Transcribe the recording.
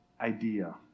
idea